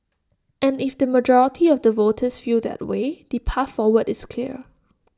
and if the majority of the voters feel that way the path forward is clear